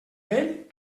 vell